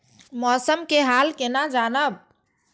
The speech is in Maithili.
मौसम के हाल केना जानब?